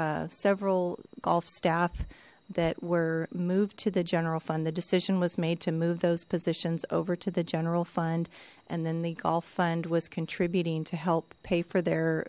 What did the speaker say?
were several golf staff that were moved to the general fund the decision was made to move those positions over to the general fund and then the golf fund was contributing to help pay for their